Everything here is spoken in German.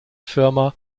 firma